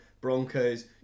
Broncos